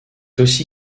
aussi